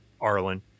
Arlen